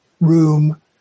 room